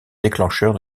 déclencheur